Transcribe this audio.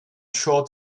short